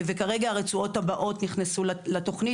וכרגע הרצועות הבאות נכנסו לתוכנית.